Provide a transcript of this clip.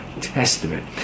Testament